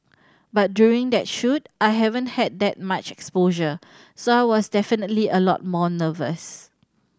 but during that shoot I haven't had that much exposure so I was definitely a lot more nervous